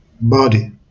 body